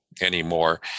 anymore